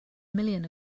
million